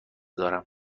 دارم